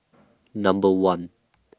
Number one